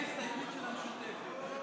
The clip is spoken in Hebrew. ההסתייגות של קבוצת סיעת הרשימה המשותפת לסעיף